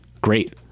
Great